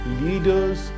leaders